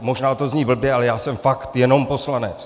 Možná to zní blbě, ale já jsem fakt jenom poslanec.